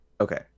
okay